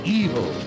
evil